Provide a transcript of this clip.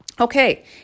Okay